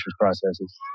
processes